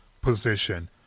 position